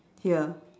here